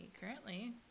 currently